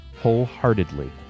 wholeheartedly